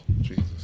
Jesus